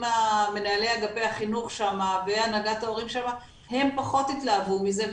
עם מנהלי אגפי החינוך שם והנהגת ההורים שם הם פחות התלהבו מזה.